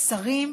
השרים,